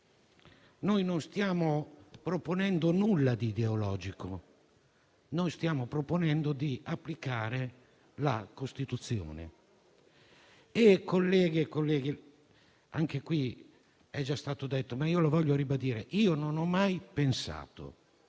che non stiamo proponendo nulla di ideologico, ma stiamo proponendo di applicare la Costituzione. Colleghe e colleghi, è già stato detto, ma voglio ribadire che io non ho mai pensato